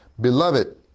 beloved